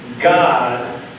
God